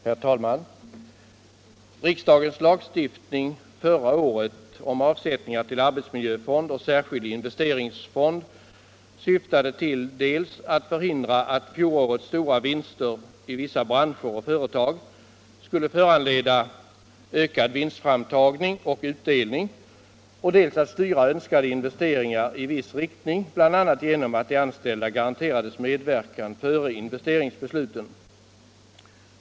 Herr talman! Riksdagens lagstiftning förra året om avsättningar till arbetsmiljöfond och särskild investeringsfond syftade dels till att förhindra att fjolårets stora vinster i vissa branscher och företag skulle föranleda ökad vinstframtagning och utdelning, dels till att styra önskade investeringar i viss riktning, bl.a. genom att de anställda garanterades medverkan före investeringsbesluten.